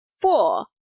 Four